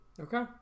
Okay